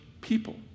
people